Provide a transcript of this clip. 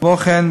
כמו כן,